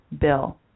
bill